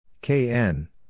KN